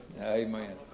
Amen